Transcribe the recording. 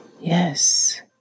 Yes